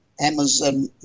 Amazon